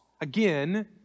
again